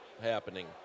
happening